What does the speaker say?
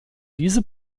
diese